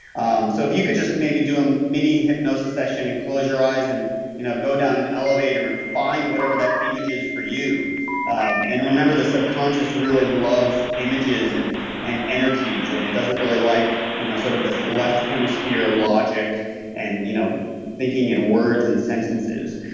um so if you could just maybe do a um mini hypnosis session and close your eyes and you know go down an elevator and find whatever that image is for you um and remember the subconscious really loves images and and energies and it doesn't really like you know sort of this left hemisphere logic and you know thinking and words and sentences.